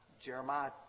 Jeremiah